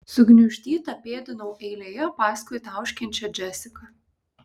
sugniuždyta pėdinau eilėje paskui tauškiančią džesiką